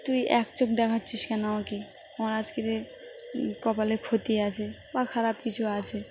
তুই এক চোখ দেখাচ্ছিস কেন আমাকে কি আমার আজকে কপালে ক্ষতি আছে বা খারাপ কিছু আছে